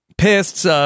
pissed